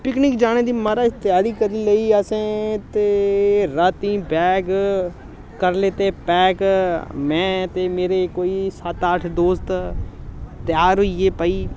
picnic जाने दी महाराज त्यारी करी लेई असें ते रातीं बैग करी लैते पैक में ते मेरे कोई सत्त अट्ठ दोस्त त्यार होई गे भाई